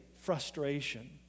frustration